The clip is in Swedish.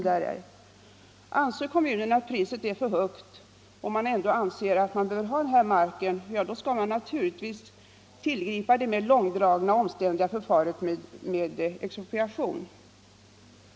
Anser en kommun att priset är för högt men ändå vill ha marken, skall kommunen naturligtvis tillgripa det mer långdragna och omständliga förfarandet med expropriation.